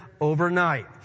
overnight